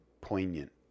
poignant